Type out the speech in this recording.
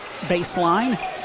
baseline